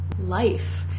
life